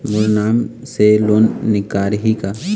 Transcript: मोर नाम से लोन निकारिही का?